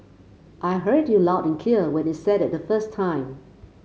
I heard you loud and clear when you said it the first time